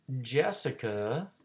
Jessica